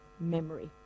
memory